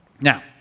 Now